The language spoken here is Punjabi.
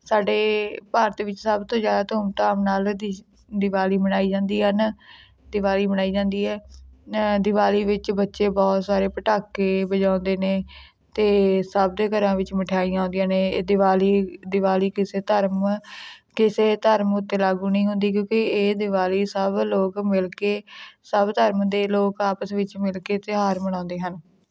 ਸਾਡੇ ਭਾਰਤ ਵਿੱਚ ਸਭ ਤੋਂ ਜ਼ਿਆਦਾ ਧੂਮ ਧਾਮ ਨਾਲ ਦਿਸ਼ ਦਿਵਾਲੀ ਮਨਾਈ ਜਾਂਦੀ ਹਨ ਦਿਵਾਲੀ ਮਨਾਈ ਜਾਂਦੀ ਹੈ ਦਿਵਾਲੀ ਵਿੱਚ ਬੱਚੇ ਬਹੁਤ ਸਾਰੇ ਪਟਾਕੇ ਵਜਾਉਂਦੇ ਨੇ ਅਤੇ ਸਭ ਦੇ ਘਰਾਂ ਵਿੱਚ ਮਠਿਆਈਆਂ ਆਉਂਦੀਆਂ ਨੇ ਇਹ ਦਿਵਾਲੀ ਦਿਵਾਲੀ ਕਿਸੇ ਧਰਮ ਕਿਸੇ ਧਰਮ ਉੱਤੇ ਲਾਗੂ ਨਹੀਂ ਹੁੰਦੀ ਕਿਉਂਕਿ ਇਹ ਦਿਵਾਲੀ ਸਭ ਲੋਕ ਮਿਲ ਕੇ ਸਭ ਧਰਮ ਦੇ ਲੋਕ ਆਪਸ ਵਿੱਚ ਮਿਲ ਕੇ ਤਿਉਹਾਰ ਮਨਾਉਂਦੇ ਹਨ